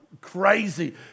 crazy